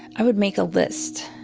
i would make a list